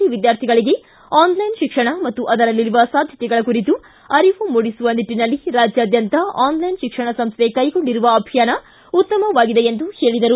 ಖ ವಿದ್ಹಾರ್ಥಿಗಳಿಗೆ ಆನ್ಲೈನ್ ಶಿಕ್ಷಣ ಮತ್ತು ಅದರಲ್ಲಿರುವ ಸಾಧ್ಯತೆಗಳ ಕುರಿತು ಅರಿವು ಮೂಡಿಸುವ ನಿಟ್ಟನಲ್ಲಿ ರಾಜ್ಯಾದ್ಯಂತ ಆನ್ ಲೈನ್ ಶಿಕ್ಷಣ ಸಂಸ್ಥೆ ಕೈಗೊಂಡಿರುವ ಅಭಿಯಾನ ಉತ್ತಮವಾಗಿದೆ ಎಂದು ಹೇಳಿದರು